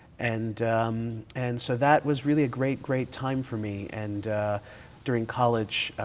and and so that was really a great, great time for me. and during college,